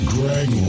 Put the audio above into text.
Greg